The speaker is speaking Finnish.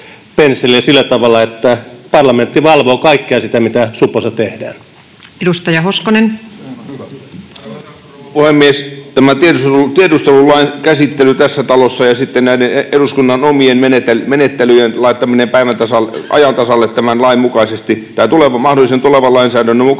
sillä tavalla, että parlamentti valvoo kaikkea sitä, mitä supossa tehdään. [Eduskunnasta: Sehän on hyvä!] Arvoisa rouva puhemies! Tämä tiedustelulain käsittely tässä talossa ja sitten näiden eduskunnan omien menettelyjen laittaminen ajan tasalle mahdollisen tulevan lainsäädännön mukaisesti